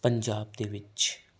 ਪੰਜਾਬ ਦੇ ਵਿੱਚ